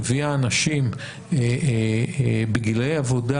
מביאה אנשים בגילאי עבודה,